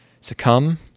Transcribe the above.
succumb